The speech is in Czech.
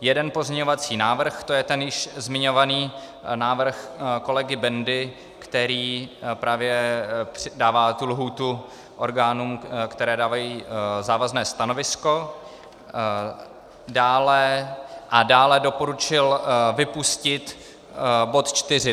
jeden pozměňovací návrh, to je ten již zmiňovaný návrh kolegy Bendy, který právě dává tu lhůtu orgánům, které dávají závazné stanovisko, a dále doporučil vypustit bod 4.